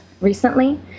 recently